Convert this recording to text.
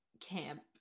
camp